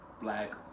black